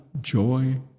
joy